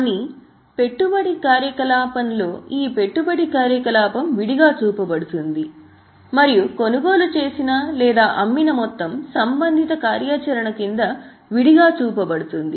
కానీ పెట్టుబడి కార్యకలాపంలో ఈ పెట్టుబడి కార్యకలాపంగా విడిగా చూపబడుతుంది మరియు కొనుగోలు చేసిన లేదా అమ్మిన మొత్తం సంబంధిత కార్యాచరణ క్రింద విడిగా చూపబడుతుంది